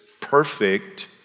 perfect